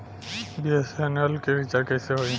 BSNL के recharge कैसे होयी?